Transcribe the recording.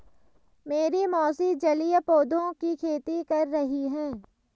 मेरी मौसी जलीय पौधों की खेती कर रही हैं